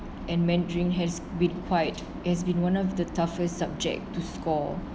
and mandarin has been quite has been one of the toughest subject to score